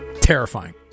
terrifying